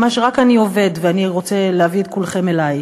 ממש רק אני עובד, ואני רוצה להביא את כולכם אלי,